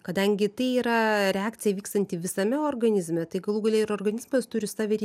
kadangi tai yra reakcija vykstanti visame organizme tai galų gale ir organizmas turi savi